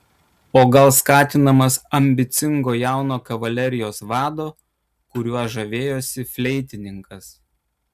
o gal skatinamas ambicingo jauno kavalerijos vado kuriuo žavėjosi fleitininkas